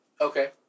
Okay